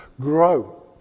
grow